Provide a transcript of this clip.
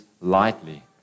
lightly